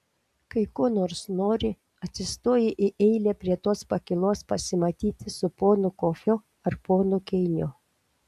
kai ko nors nori atsistoji į eilę prie tos pakylos pasimatyti su ponu kofiu ar ponu keiniu